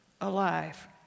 alive